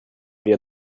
wir